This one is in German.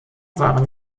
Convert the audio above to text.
waren